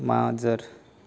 माजर